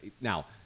Now